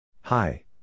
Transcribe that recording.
Hi